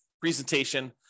presentation